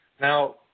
Now